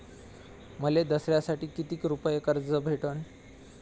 मले दसऱ्यासाठी कितीक रुपये कर्ज भेटन?